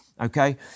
okay